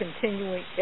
continuing